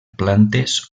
plantes